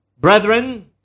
brethren